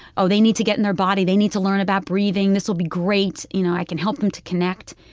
oh, they need to get in their body. they need to learn about breathing. this'll be great. you know, i can help them to connect.